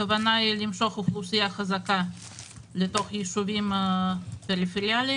הכוונה למשוך אוכלוסייה חזקה לישובים פריפריאליים.